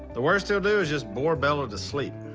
the worst he'll do is just bore bella to sleep.